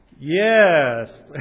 Yes